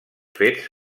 fets